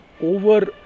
over